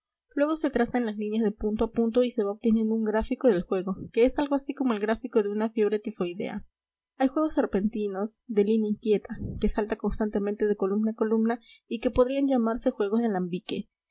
luego se trazan las líneas de punto a punto y se va obteniendo un gráfico del juego que es algo así como el gráfico de una fiebre tifoidea hay juegos serpentinos de línea inquieta que salta constantemente de columna a columna y que podrían llamarse juegos de